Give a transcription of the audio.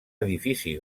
edifici